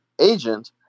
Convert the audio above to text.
agent